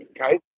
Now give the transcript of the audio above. okay